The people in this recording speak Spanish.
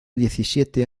diecisiete